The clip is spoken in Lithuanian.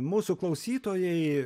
mūsų klausytojai